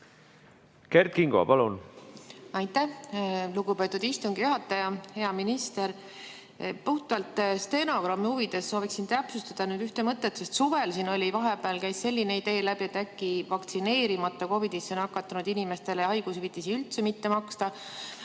Kert Kingo, palun!